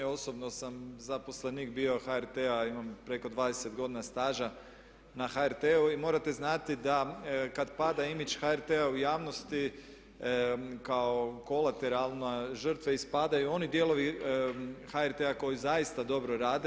Osobno sam zaposlenik bio HRT-a, imam preko 20 godina staža na HRT-u i morate znati da kad pada image HRT-a u javnosti kao kolateralne žrtve, ispadaju oni dijelovi HRT-a koji zaista dobro rade.